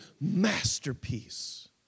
masterpiece